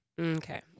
Okay